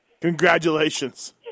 Congratulations